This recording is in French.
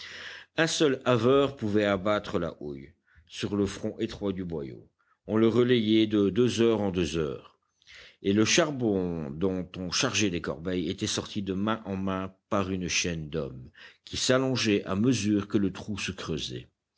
un seul haveur pouvait abattre la houille sur le front étroit du boyau on le relayait de deux heures en deux heures et le charbon dont on chargeait des corbeilles était sorti de main en main par une chaîne d'hommes qui s'allongeait à mesure que le trou se creusait